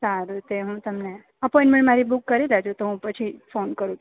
સારું તે હું તમને અપોઇન્ટમેન્ટ મારી બુક કરી લેજો તો હું પછી ફોન કરું તમને